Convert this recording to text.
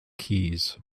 keys